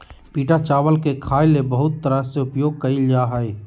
पिटा चावल के खाय ले बहुत तरह से उपयोग कइल जा हइ